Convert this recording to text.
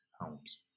homes